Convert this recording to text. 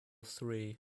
three